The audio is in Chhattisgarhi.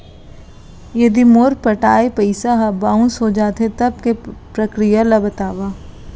यदि मोर पटाय पइसा ह बाउंस हो जाथे, तब के प्रक्रिया ला बतावव